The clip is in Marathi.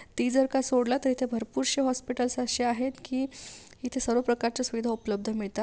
ती जर का सोडले तर इथे भरपूरशी हॉस्पिटल्स अशी आहेत की इथं सर्वप्रकारच्या सुविधा उपलब्ध मिळतात